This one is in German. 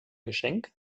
geschenk